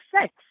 sex